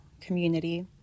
community